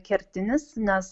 kertinis nes